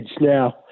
now